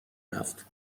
رفت